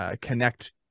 connect